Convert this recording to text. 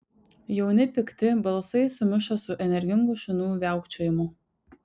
jauni pikti balsai sumišo su energingu šunų viaukčiojimu